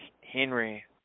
Henry